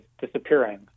disappearing